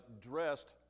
dressed